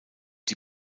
die